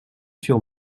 sur